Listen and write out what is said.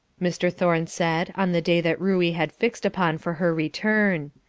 mr. thorne said on the day that ruey had fixed upon for her return.